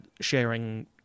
sharing